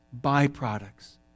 Byproducts